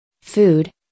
Food